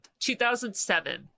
2007